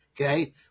Okay